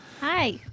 Hi